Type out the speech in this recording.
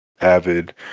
avid